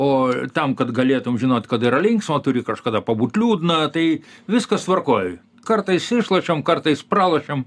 o tam kad galėtum žinot kada yra linksma turi kažkada pabūt liūdna tai viskas tvarkoj kartais išlošiam kartais pralošiam